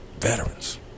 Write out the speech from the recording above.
Veterans